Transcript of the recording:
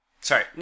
Sorry